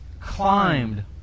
climbed